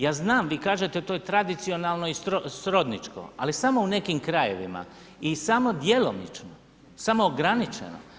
Ja znam, vi kažete to je tradicionalno i srodničko, ali samo u nekim krajevima i samo djelomično, samo ograničeno.